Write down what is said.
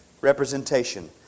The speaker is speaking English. representation